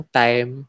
time